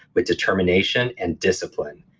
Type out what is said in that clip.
with determination and discipline.